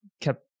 kept